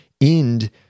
end